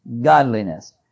godliness